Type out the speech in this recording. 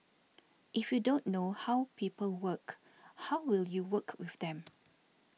if you don't know how people work how will you work with them